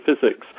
physics